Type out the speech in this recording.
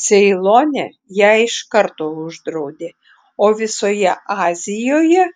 ceilone ją iš karto uždraudė o visoje azijoje